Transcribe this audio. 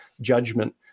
judgment